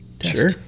Sure